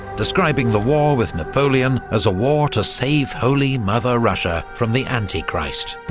describing the war with napoleon as a war to save holy mother russia from the antichrist.